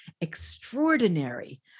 extraordinary